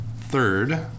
third